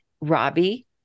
Robbie